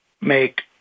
make